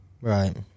Right